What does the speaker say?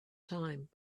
time